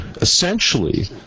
Essentially